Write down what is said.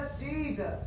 Jesus